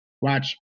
watch